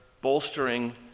bolstering